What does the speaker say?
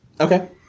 Okay